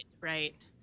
right